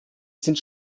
sind